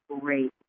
great